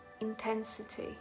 intensity